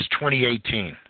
2018